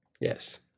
Yes